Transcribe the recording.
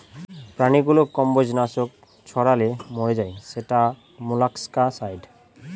প্রাণীগুলো কম্বজ নাশক ছড়ালে মরে যায় সেটা মোলাস্কাসাইড